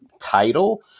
title